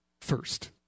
first